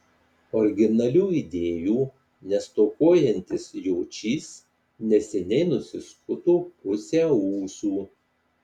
originalių idėjų nestokojantis jočys neseniai nusiskuto pusę ūsų